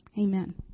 amen